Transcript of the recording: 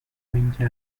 veinte